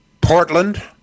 Portland